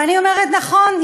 ואני אומרת: נכון,